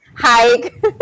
hike